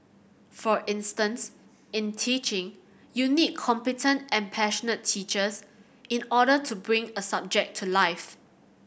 for instance in teaching you need competent and passionate teachers in order to bring a subject to life